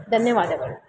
ಧನ್ಯವಾದಗಳು